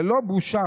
ללא בושה,